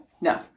No